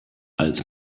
als